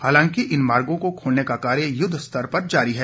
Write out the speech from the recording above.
हालांकि इन मार्गों को खोलने का कार्य युद्ध स्तर पर जारी है